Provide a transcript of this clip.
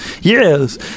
Yes